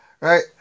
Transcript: Right